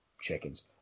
chickens